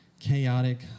Chaotic